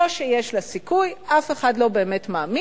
לא שיש לה סיכוי, אף אחד לא באמת מאמין,